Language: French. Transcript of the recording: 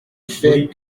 fait